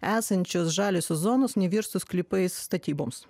esančios žaliosios zonos nevirstų sklypais statyboms